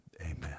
amen